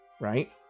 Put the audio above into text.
right